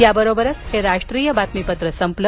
याबरोबरच हे राष्ट्रीय बातमीपत्र संपलं